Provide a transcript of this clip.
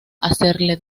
hacerle